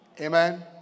Amen